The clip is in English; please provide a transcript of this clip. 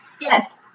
Yes